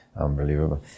Unbelievable